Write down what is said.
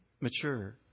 mature